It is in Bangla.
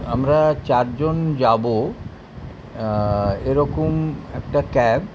আমরা চারজন যাব এরকম একটা ক্যাব